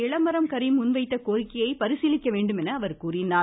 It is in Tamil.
இளமரம் கரீம் முன்வைத்த கோரிக்கையை பரிசீலிக்க வேண்டும் என்று அவர் கூறினார்